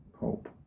hope